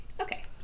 Okay